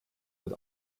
und